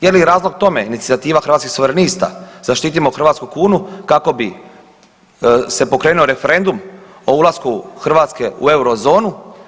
Je li razlog tome inicijativa Hrvatskih suverenista Zaštitimo hrvatsku kunu kako bi se pokrenuo referendum o ulasku Hrvatske u Eurozonu?